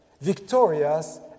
victorious